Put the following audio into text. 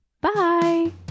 Bye